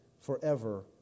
forever